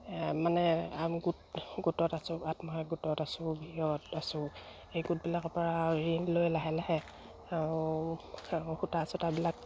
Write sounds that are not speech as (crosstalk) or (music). মানে গোট গোটত আছোঁ আত্মসহায়ক গোটত আছোঁ (unintelligible) আছোঁ এই গোটবিলাকৰ পৰা ঋণ লৈ লাহে লাহে আৰু সূতা চূতাবিলাক